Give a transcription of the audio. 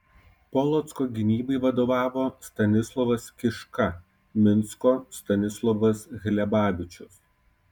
polocko gynybai vadovavo stanislovas kiška minsko stanislovas hlebavičius